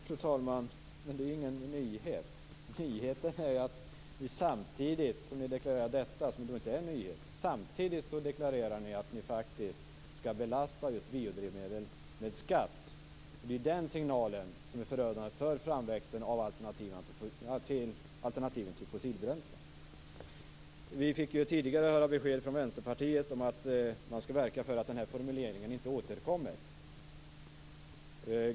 Fru talman! Det är ingen nyhet. Nyheten är att ni samtidigt deklarerar att ni skall belasta biodrivmedel med skatt. Det är den signalen som är förödande för framväxten av alternativen till fossilbränsle. Vi fick tidigare besked från Vänsterpartiet om att man skall verka för att formuleringen inte återkommer.